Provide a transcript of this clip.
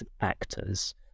actors